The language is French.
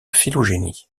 phylogénie